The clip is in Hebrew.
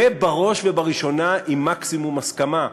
ובראש ובראשונה עם מקסימום הסכמה,